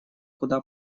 куда